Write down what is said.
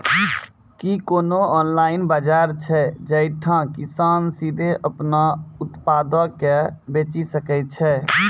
कि कोनो ऑनलाइन बजार छै जैठां किसान सीधे अपनो उत्पादो के बेची सकै छै?